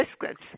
biscuits